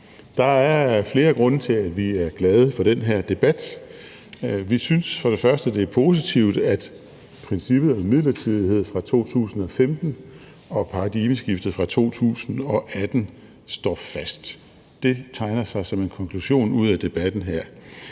Der er flere grunde til, at vi er glade for den her debat. Vi synes for det første, det er positivt, at princippet om midlertidighed fra 2015 og paradigmeskiftet fra 2018 står fast. Det tegner sig som en konklusion ud af debatten her.